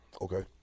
Okay